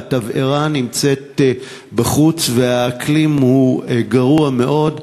והתבערה נמצאת בחוץ והאקלים הוא גרוע מאוד,